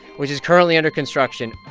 which is currently under construction.